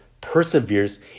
perseveres